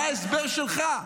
מה ההסבר שלך?